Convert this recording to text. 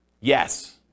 Yes